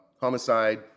homicide